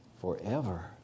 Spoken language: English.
forever